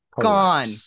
gone